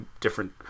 different